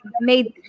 made